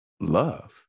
love